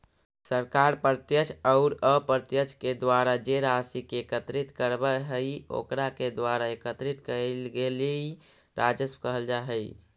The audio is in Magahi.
सरकार प्रत्यक्ष औउर अप्रत्यक्ष के द्वारा जे राशि के एकत्रित करवऽ हई ओकरा के द्वारा एकत्रित कइल गेलई राजस्व कहल जा हई